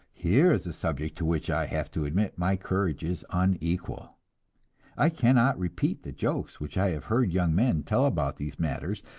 here is a subject to which i have to admit my courage is unequal. i cannot repeat the jokes which i have heard young men tell about these matters,